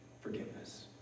forgiveness